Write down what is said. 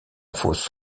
fosse